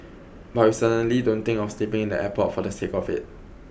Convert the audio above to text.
but we certainly don't think of sleeping in the airport for the sake of it